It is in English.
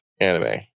anime